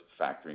factoring